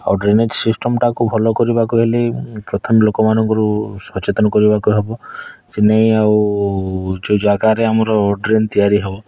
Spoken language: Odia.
ଆଉ ଡ଼୍ରେନେଜ୍ ସିଷ୍ଟମ୍ଟାକୁ ଭଲ କରିବାକୁ ହେଲେ ପ୍ରଥମେ ଲୋକମାନଙ୍କରୁ ସଚେତନା କରିବାକୁ ହେବ ସେ ନେଇ ଆଉ ଯେଉଁ ଯାଗାରେ ଆମର ଡ଼୍ରେନ୍ ତିଆରି ହେବ